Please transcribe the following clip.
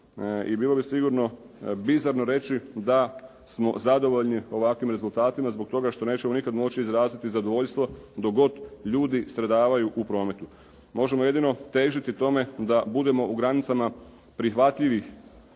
i bilo bi sigurno bizarno reći da smo zadovoljni ovakvim rezultatima zbog toga što nećemo nikad moći izraziti zadovoljstvo dok god ljudi stradavaju u prometu. Možemo jedino težiti tome da budemo u granicama prihvatljivih